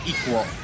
Equal